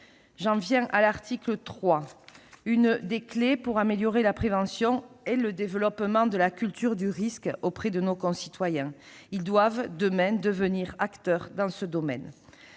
J'en viens à l'article 3. Une des clés pour améliorer la prévention est le développement de la culture du risque chez nos concitoyens. Ils doivent, demain, devenir acteurs dans ce domaine.